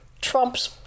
Trump's